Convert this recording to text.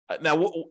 Now